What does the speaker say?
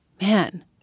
Man